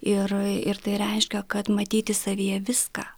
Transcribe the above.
ir ir tai reiškia kad matyti savyje viską